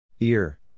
Ear